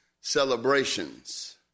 celebrations